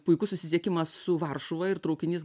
puikus susisiekimas su varšuva ir traukinys